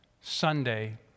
Sunday